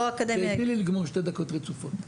שנייה, תני לי לגמור שתי דקות רצופות.